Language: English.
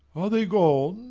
are they gone?